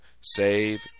save